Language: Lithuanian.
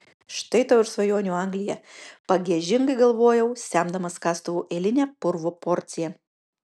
štai tau ir svajonių anglija pagiežingai galvojau semdamas kastuvu eilinę purvo porciją